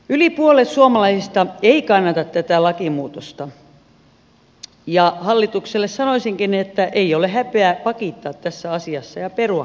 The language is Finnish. yli puolet suomalaisista ei kannata tätä lakimuutosta ja hallitukselle sanoisinkin että ei ole häpeä pakittaa tässä asiassa ja perua koko esitys